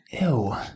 Ew